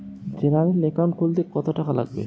General account খুলতে কত টাকা লাগবে?